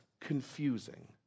confusing